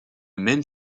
même